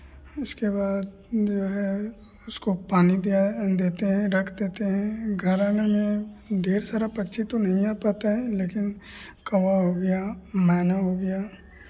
इसके बाद जो है उसको पानी दे आए देते हैं रख देते हैं घर आने में ढेर सारा पक्षी तो नहीं आ पाता है लेकिन कौवा हो गया मैना हो गया